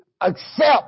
accept